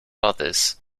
others